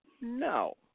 no